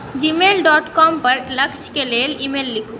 Gmail dot com पर लक्ष्यके लेल ईमेल लिखू